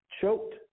choked